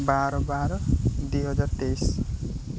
ବାର ବାର ଦୁଇହଜାର ତେଇଶ